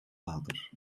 water